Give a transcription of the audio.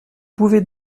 pouvez